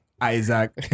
Isaac